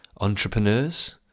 entrepreneurs